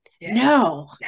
no